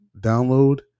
Download